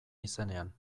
izenean